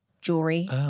jewelry